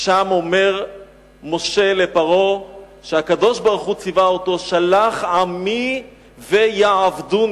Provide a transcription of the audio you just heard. שם אומר משה לפרעה שהקדוש-ברוך-הוא ציווה אותו: שלח עמי ויעבדוני.